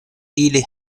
ili